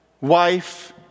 wife